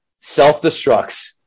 self-destructs